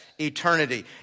eternity